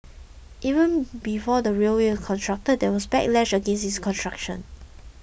even before the railway was constructed there was backlash against its construction